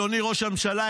אדוני ראש הממשלה,